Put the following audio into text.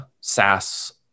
SaaS